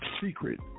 secret